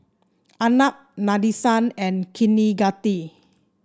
Arnab Nadesan and Kaneganti